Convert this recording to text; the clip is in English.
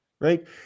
right